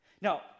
Now